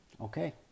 okay